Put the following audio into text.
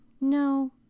No